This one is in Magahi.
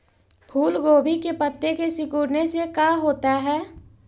फूल गोभी के पत्ते के सिकुड़ने से का होता है?